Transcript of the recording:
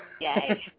Yay